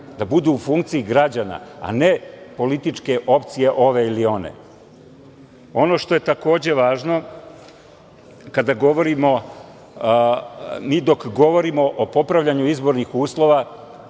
da budu u funkciji građana, a ne političke opcije ove ili one. Ono što je takođe važno, mi dok govorimo o popravljanju izbornih uslova,